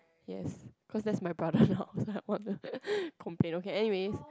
yes cause that's my brother complain okay anyway